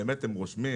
באמת הם רושמים.